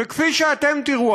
וכפי שאתם תראו,